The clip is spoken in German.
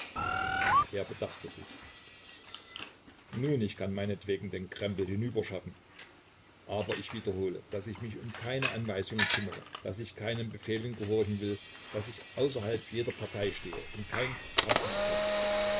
er bedachte sich nun ich kann meinetwegen den krempel hinüberschaffen aber ich wiederhole daß ich mich um keine anweisungen kümmere daß ich keinen befehlen gehorchen will daß ich außerhalb jeder partei stehe und kein programm anerkenne